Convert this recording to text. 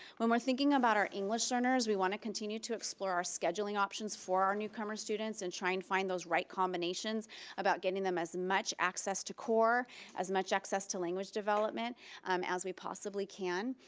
when we're thinking about our english learners, we want to continue to explore our scheduling options for our newcomer students, and try and find those right combinations about getting them as much access to core as much access to language development um as we possibly can,